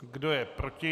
Kdo je proti?